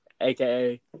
Aka